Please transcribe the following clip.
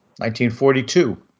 1942